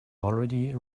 already